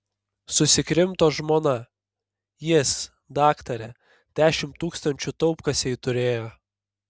susikrimto žmona jis daktare dešimt tūkstančių taupkasėj turėjo